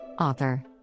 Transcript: Author